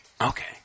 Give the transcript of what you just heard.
Okay